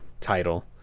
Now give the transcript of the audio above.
title